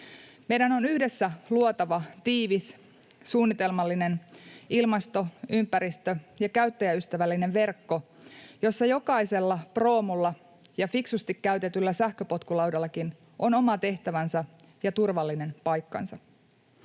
Meidän on yhdessä luotava tiivis, suunnitelmallinen sekä ilmasto-, ympäristö ja käyttäjäystävällinen verkko, jossa jokaisella proomulla ja fiksusti käytetyllä sähköpotkulaudallakin on oma tehtävänsä ja turvallinen paikkansa.